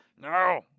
No